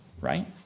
right